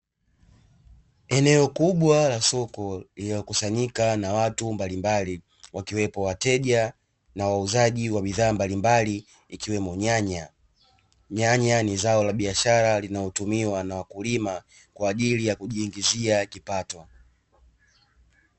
Eneo kubwa la soko lililokusanyika na watu mbalimbali, wakiwepo wateja na wauzaji wa bidhaa mbalimbali ikiwemo nyanya, nyanya ni zao la biashara linalotumiwa na wakulima, kwa ajili ya kujiingizi kipato.